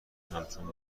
همچون